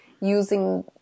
using